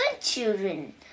children